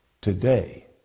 Today